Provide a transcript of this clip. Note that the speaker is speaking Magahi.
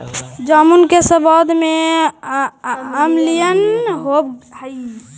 जामुन के सबाद में अम्लीयन होब हई